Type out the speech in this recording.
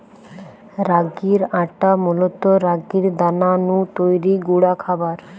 রাগির আটা মূলত রাগির দানা নু তৈরি গুঁড়া খাবার